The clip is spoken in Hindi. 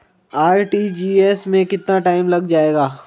आर.टी.जी.एस में कितना टाइम लग जाएगा?